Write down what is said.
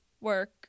work